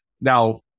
Now